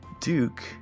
duke